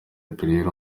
pereira